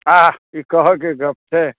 आह ई कहैके गप्प छै